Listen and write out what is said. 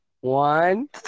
One